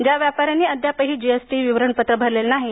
ज्या व्यापार्यांनी अद्यापही जीएसटी रिटर्नस् भरलेले नाहीत